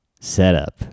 setup